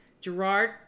Gerard